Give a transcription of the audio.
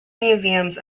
museums